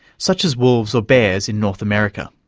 such as wolves or bears in north america.